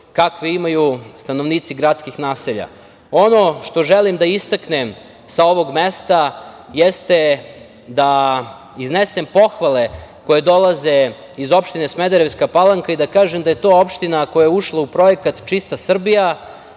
kakve imaju stanovnici gradskih naselja. Ono što želim da istaknem sa ovog mesta jeste da iznesem pohvale koje dolaze iz opštine Smederevska Palanka i da kažem da je to opština koja je ušla u projekat „Čista Srbija“,